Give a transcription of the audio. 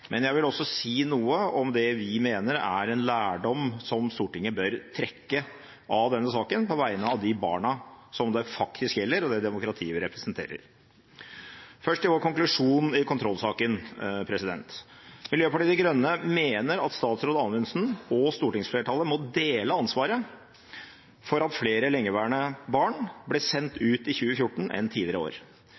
Men jeg vil også si noe om det vi mener er en lærdom som Stortinget bør trekke av denne saken, på vegne av de barna som det faktisk gjelder, og det demokratiet vi representerer. Først til vår konklusjon i kontrollsaken: Miljøpartiet De Grønne mener at statsråd Anundsen og stortingsflertallet må dele ansvaret for at flere lengeværende barn ble sendt ut i 2014 enn tidligere år.